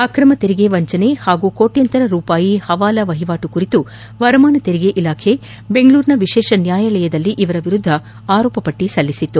ಆಕ್ರಮ ತೆರಿಗೆ ವಂಚನೆ ಹಾಗೂ ಕೋಟ್ಯಂತರ ರೂಪಾಯಿಗಳ ಪವಾಲಾ ವಹಿವಾಟು ಕುರಿತು ವರಮಾನ ತೆರಿಗೆ ಇಲಾಖೆ ಬೆಂಗಳೂರಿನ ವಿಶೇಷ ನ್ಯಾಯಾಲಯದಲ್ಲಿ ಇವರ ವಿರುದ್ಧ ಆರೋಪ ಪಟ್ಟ ಸಲ್ಲಿಸಿತ್ತು